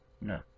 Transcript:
No